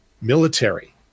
military